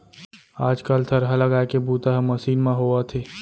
आज कल थरहा लगाए के बूता ह मसीन म होवथे